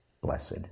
Blessed